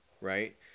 right